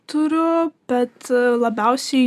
turiu bet labiausiai